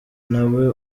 ntawe